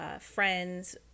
friends